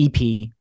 EP